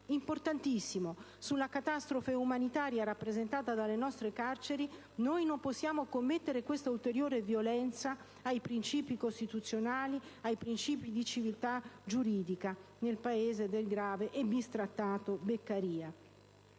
importantissimo sulla catastrofe umanitaria rappresentata dalle nostre carceri, noi non possiamo commettere questa ulteriore violenza ai principi costituzionali, ai principi di civiltà giuridica, nel Paese del grande e bistrattato Beccaria.